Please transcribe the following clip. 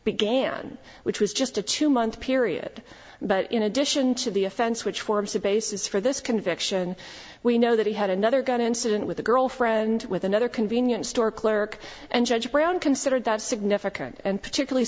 began which was just a two month period but in addition to the offense which forms the basis for this conviction we know that he had another gun incident with a girlfriend with another convenience store clerk and judge brown considered that significant and particularly